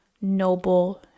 noble